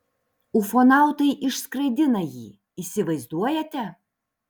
ufonautai išskraidina jį įsivaizduojate